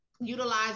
utilize